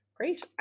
Great